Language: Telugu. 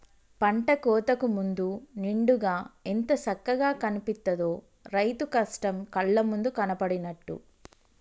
పంట కోతకు ముందు నిండుగా ఎంత సక్కగా కనిపిత్తదో, రైతు కష్టం కళ్ళ ముందు కనబడినట్టు